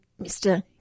Mr